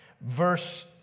Verse